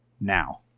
now